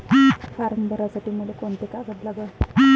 Form भरासाठी मले कोंते कागद लागन?